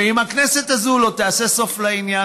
ואם הכנסת לא תעשה סוף לעניין,